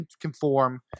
conform